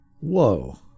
Whoa